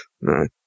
no